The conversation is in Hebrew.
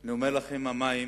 אני אומר לכם, המים,